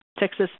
Texas